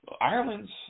Ireland's